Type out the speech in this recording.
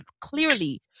clearly